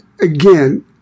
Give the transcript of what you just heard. again